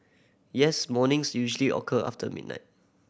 yes mornings usually occur after midnight